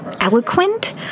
eloquent